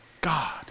God